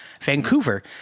Vancouver